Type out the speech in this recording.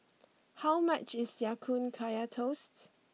how much is Ya Kun Kaya Toasts